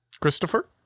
Christopher